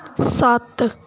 ਸੱਤ